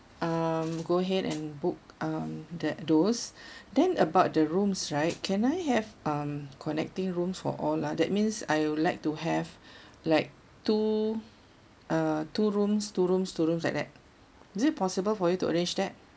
um go ahead and book um that those then about the rooms right can I have um connecting rooms for all lah that means I would like to have like two uh two rooms two rooms two rooms like that is it possible for you to arrange that